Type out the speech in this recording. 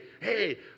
hey